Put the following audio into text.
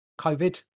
Covid